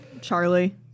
charlie